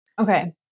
Okay